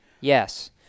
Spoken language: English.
Yes